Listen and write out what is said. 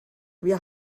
wir